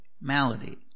malady